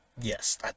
Yes